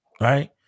right